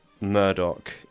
Murdoch